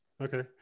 Okay